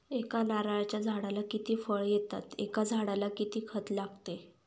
एका नारळाच्या झाडाला किती फळ येतात? एका झाडाला किती खत लागते?